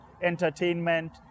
entertainment